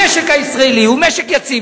המשק הישראלי הוא משק יציב.